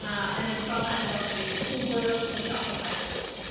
and then from that sales page over to the shopify store,